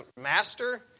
Master